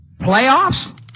Playoffs